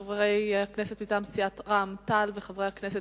חברי הכנסת מטעם סיעת רע"ם-תע"ל וחברי הכנסת